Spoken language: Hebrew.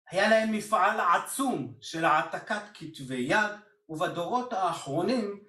היה להם מפעל עצום של העתקת כתבי יד, ובדורות האחרונים